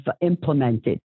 implemented